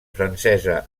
francesa